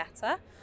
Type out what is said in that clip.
better